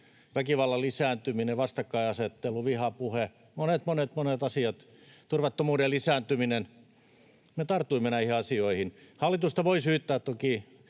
väkivallan lisääntyminen, vastakkainasettelu, vihapuhe, monet, monet asiat, turvattomuuden lisääntyminen. Me tartuimme näihin asioihin. Hallitusta voi syyttää toki